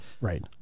Right